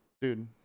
dude